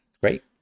great